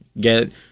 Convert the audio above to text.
get